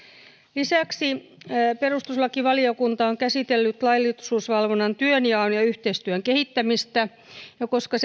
lisäksi perustuslakivaliokunta on käsitellyt laillisuusvalvonnan työnjaon ja yhteistyön kehittämistä ja koska